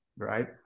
Right